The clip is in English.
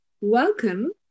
Welcome